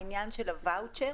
על העניין של הואוצ'ר,